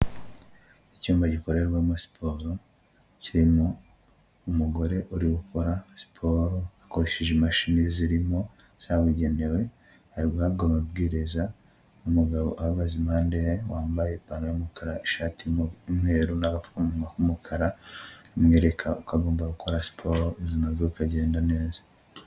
Icyumba gikorerwamo siporo, kirimo umugore uri gukora siporo akoresheje imashini zirimo zabugenewe, ari guhabwa amabwiriza n'umugabo uhagaze impandeye wambaye ipantaro y'umukara, ishati y'umweru n'agapfukamunwa k'umukara, amwereka uko agomba gukora siporo ubuzima bwe bukagenda neza.